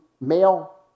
male